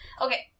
Okay